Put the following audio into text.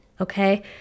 Okay